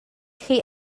chi